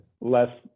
Less